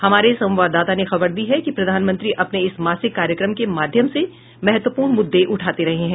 हमारे संवाददाता ने खबर दी है कि प्रधानमंत्री अपने इस मासिक कार्यक्रम के माध्यम से महत्वपूर्ण मुद्दे उठाते रहे हैं